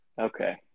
Okay